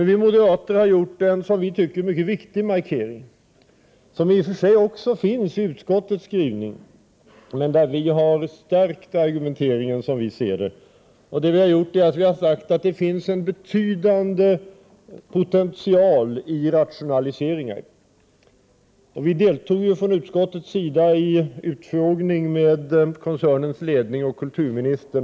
Vi moderater har dock gjort en, som vi tycker, mycket viktig markering, som i och för sig också finns i utskottets skrivning. Vi har, som vi ser det, stärkt argumenteringen. Vi har sagt att det finns en betydande potential i rationaliseringar. Utskottet anordnade en utfrågning med koncernens ledi ning och kulturministern.